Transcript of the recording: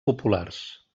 populars